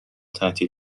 تعطیل